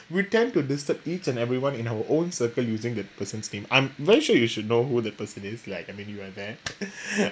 we tend to disturb each and everyone in our own circle using that person's name I'm very sure you should know who the person is like I mean you are there